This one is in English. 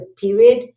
period